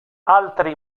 altre